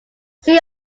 see